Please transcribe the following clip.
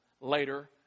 Later